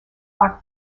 are